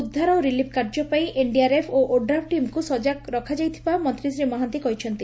ଉଦ୍ଧାର ଓ ରିଲିଫ୍ କାର୍ଯ୍ୟ ପାଇଁ ଏନ୍ଡିଆର୍ଏଫ୍ ଏବଂ ଓଡ୍ରାଫ୍ ଟିମ୍କୁ ସଜାଗ ରଖାଯାଇଥିବା ମନ୍ତୀ ଶ୍ରୀ ମହାନ୍ତି କହିଛନ୍ତି